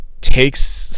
takes